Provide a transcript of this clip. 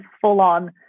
full-on